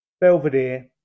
Belvedere